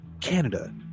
Canada